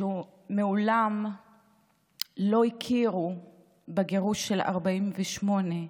מעולם לא הכירו בגירוש של 48'